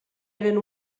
eren